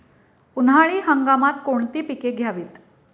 उन्हाळी हंगामात कोणती पिके घ्यावीत?